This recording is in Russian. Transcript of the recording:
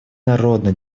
народно